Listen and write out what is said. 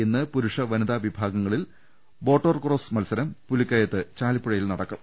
ഇന്ന് പുരുഷ വനിതാ വിഭാഗത്തിൽ ബോട്ടോർ ക്രോസ് മത്സരം പുലിക്കയത്ത് ചാലി പ്പുഴയിൽ നടക്കും